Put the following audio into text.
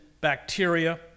bacteria